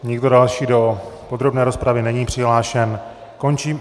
Nikdo další do podrobné rozpravy není přihlášen, končím...